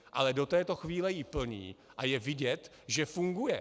Ale do této chvíli ji plní a je vidět, že funguje.